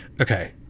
Okay